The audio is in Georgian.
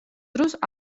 დროს